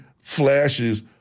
flashes